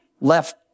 left